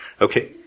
okay